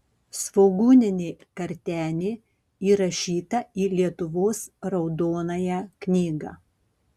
svogūninė kartenė įrašyta į lietuvos raudonąją knygą